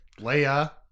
Leia